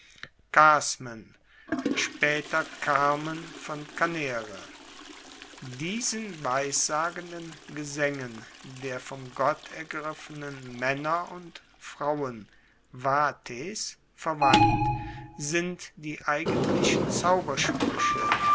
carmen von canere diesen weissagenden gesaengen der vom gott ergriffenen maenner und frauen vates verwandt sind die eigentlichen zaubersprueche